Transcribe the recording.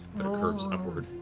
but it curves upward.